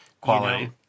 quality